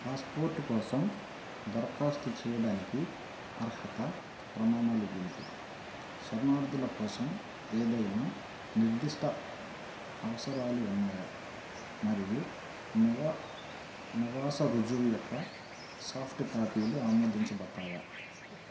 passport కోసం దరఖాస్తు చేయడానికి అర్హత ప్రమాణాలు ఏమిటి శరణార్థుల కోసం ఏదైనా నిర్దిష్ట అవసరాలు ఉన్నాయా మరియు నివా నివాస రుజువు యొక్క సాఫ్ట్ కాపీలు ఆమోదించబడతాయా